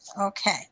Okay